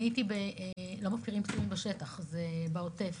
הייתי עם "לא מפקירים פצועים בשטח", זה בעוטף.